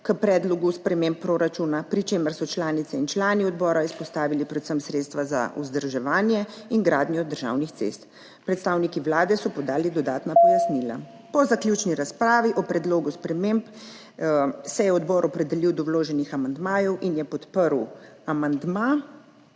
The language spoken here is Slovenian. k predlogu sprememb proračuna, pri čemer so članice in člani odbora izpostavili predvsem sredstva za vzdrževanje in gradnjo državnih cest. Predstavniki Vlade so podali dodatna pojasnila. Po zaključni razpravi o predlogu sprememb se je odbor opredelil do vloženih amandmajev in je podprl amandma